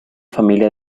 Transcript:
familia